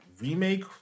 remake